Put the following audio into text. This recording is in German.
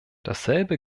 dasselbe